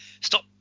stop